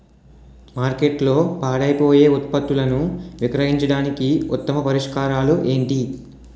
మార్కెట్లో పాడైపోయే ఉత్పత్తులను విక్రయించడానికి ఉత్తమ పరిష్కారాలు ఏంటి?